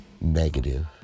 negative